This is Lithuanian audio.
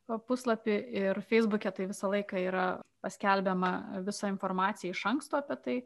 o puslapyje ir feisbuke tai visą laiką yra paskelbiama visa informacija iš anksto apie tai